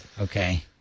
Okay